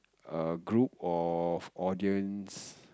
a group of audience